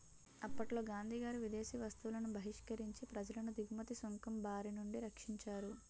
అప్పట్లో గాంధీగారు విదేశీ వస్తువులను బహిష్కరించి ప్రజలను దిగుమతి సుంకం బారినుండి రక్షించారు